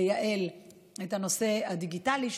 לייעל את הנושא הדיגיטלי,